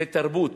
זה תרבות